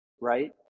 right